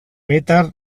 peter